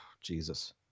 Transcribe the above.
Jesus